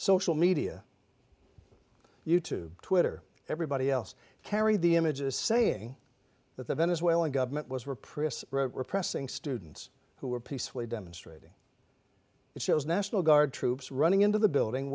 social media you tube twitter everybody else carried the images saying that the venezuelan government was were pris were pressing students who were peacefully demonstrating it shows national guard troops running into the building